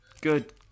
Good